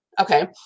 Okay